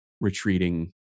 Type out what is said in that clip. retreating